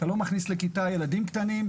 אתה לא מכניס לכיתה ילדים קטנים,